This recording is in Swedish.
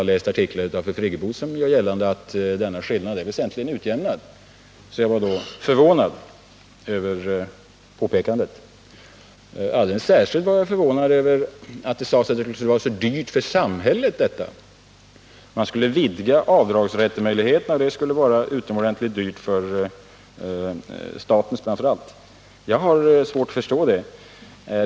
ha läst artiklar av fru Friggebo, där det görs gällande att denna skillnad väsentligen är utjämnad. Jag var därför förvånad över hennes påpekande. Alldeles särskilt var jag förvånad över att det sades att detta skulle vara alldeles för dyrt för samhället. Det skulle nämligen vara kostsamt, framför allt för staten, att vidga möjligheterna till avdrag. Jag har svårt att förstå det resonemanget.